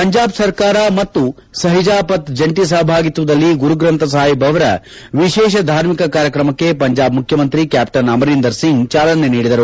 ಪಂಜಾಬ್ ಸರ್ಕಾರ ಮತ್ತು ಸಹಜಾಪಥ್ ಜಂಟಿ ಸಹಭಾಗಿತ್ವದಲ್ಲಿ ಗುರುಗ್ರಂಥ ಸಾಹಿಬ್ ಅವರ ವಿಶೇಷ ಧಾರ್ಮಿಕ ಕಾರ್ಯಕ್ರಮಕ್ಕೆ ಪಂಜಾಬ್ ಮುಖ್ಯಮಂತ್ರಿ ಕ್ಯಾಪ್ಟನ್ ಅಮರೀಂದರ್ ಸಿಂಗ್ ಚಾಲನೆ ನೀಡಿದರು